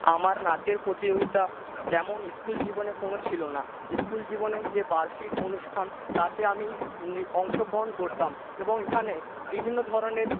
আমার নাচের প্রতিযোগিতা তেমন স্কুল জীবনে কোনো ছিলো না স্কুল জীবনে যে বার্ষিক অনুষ্ঠান তাতে আমি অংশগ্রহণ করতাম এবং এখানে বিভিন্ন ধরনের